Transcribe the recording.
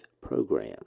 program